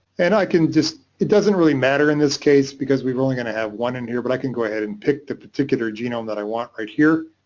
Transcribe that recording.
and i can just it doesn't really matter in this case because we're only going to have one in here, but i can go ahead and pick the particular genome that i want right here.